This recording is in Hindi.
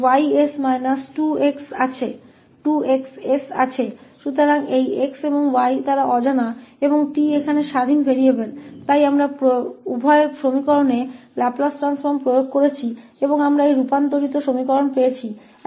तो ये 𝑥 और y वे अज्ञात हैं और 𝑡 यहां स्वतंत्र चर है इसलिए हमने दोनों समीकरणों में लाप्लास ट्रांसफॉर्म लागू किया है और हमें ये रूपांतरित समीकरण मिले हैं